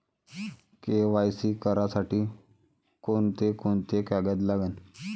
KYC करासाठी कोंते कोंते कागद लागन?